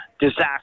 Disaster